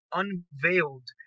unveiled